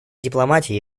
дипломатия